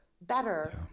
better